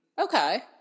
Okay